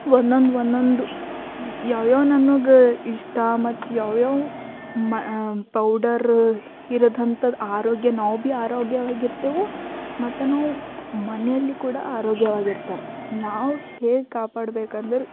ಒಂದೊಂದು ಒಂದೊಂದು ಯಾವು ಯಾವು ನನಗೆ ಇಷ್ಟ ಮತ್ತು ಯಾವು ಯಾವು ಮ ಪೌಡರ್ ಇರದಂಥದ್ದು ಆರೋಗ್ಯ ನಾವು ಭೀ ಆರೋಗ್ಯವಾಗಿರ್ತೀವಿ ಮತ್ತು ನಾವು ಮನೆಯಲ್ಲಿ ಕೂಡ ಆರೋಗ್ಯವಾಗಿರ್ತಾರೆ ನಾವು ಹೇಗೆ ಕಾಪಾಡ್ಬೇಕಂದ್ರೆ